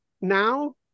now